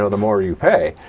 ah the more you pay.